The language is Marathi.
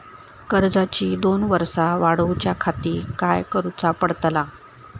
कर्जाची दोन वर्सा वाढवच्याखाती काय करुचा पडताला?